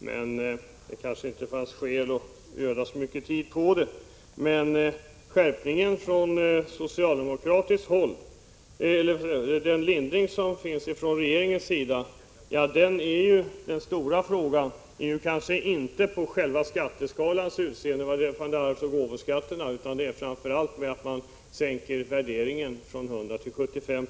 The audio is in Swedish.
Herr talman! Jag vet inte hur Knut Wachtmeister räknar, men det kanske inte finns skäl att öda så mycket tid på detta. Den lindring som regeringens förslag innebär är ju den stora frågan. Det kanske inte i första hand gäller skatteskalans utseende vid arvsoch gåvoskatt, utan snarare att man sänker värderingen av aktier från 100 96 till 75 9c.